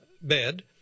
bed